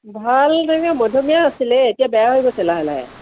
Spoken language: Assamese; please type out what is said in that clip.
ভাল তেনেকৈ মধ্যমীয়া আছিলে এতিয়া বেয়া হৈ গৈছে লাহে লাহে